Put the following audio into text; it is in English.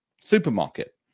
supermarket